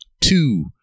two